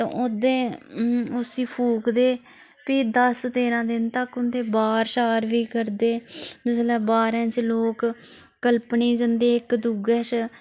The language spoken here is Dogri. ते ओह्दे उसी फूकदे फ्ही दस तेरां दिन तक उं'दे बार शार बी करदे जिसलै बारें च लोक कल्पने ई जंदे इक दुए शा